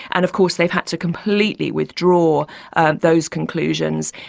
and of course they've had to completely withdraw those conclusions.